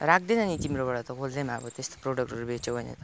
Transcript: राख्दैन नि तिम्रोबाट त कसैले पनि अब त्यस्तो प्रडक्टहरू बेच्यौ भने त